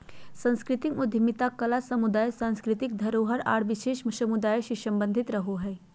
सांस्कृतिक उद्यमिता कला समुदाय, सांस्कृतिक धरोहर आर विशेष समुदाय से सम्बंधित रहो हय